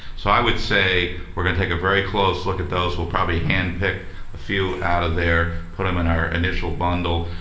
so i would say we're going to take a very close look at those, we'll probably hand-pick a few out of there, put them in our initial bundle.